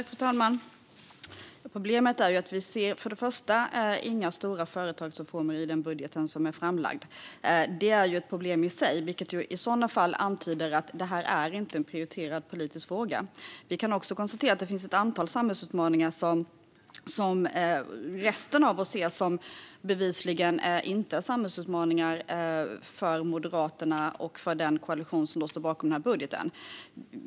Fru talman! Problemet är att vi inte ser några stora företagarreformer i den budget som är framlagd. Det är ett problem i sig, vilket i så fall antyder att detta inte är en prioriterad politisk fråga. Vi kan också konstatera att det finns ett antal samhällsutmaningar som resten av oss ser men som bevisligen inte är samhällsutmaningar för Moderaterna och för den koalition som står bakom denna budget.